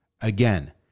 Again